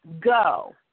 go